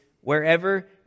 wherever